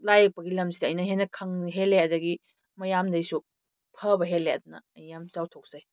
ꯂꯥꯏ ꯌꯦꯛꯄꯒꯤ ꯂꯝꯁꯤꯗ ꯑꯩꯅ ꯍꯦꯟꯅ ꯈꯪꯕ ꯍꯦꯜꯂꯦ ꯑꯗꯨꯗꯒꯤ ꯃꯌꯥꯝꯗꯒꯤꯁꯨ ꯐꯕ ꯍꯦꯜꯂꯦ ꯑꯗꯨꯅ ꯑꯩ ꯌꯥꯝꯅ ꯆꯥꯎꯊꯣꯛꯆꯩ